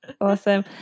Awesome